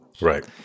Right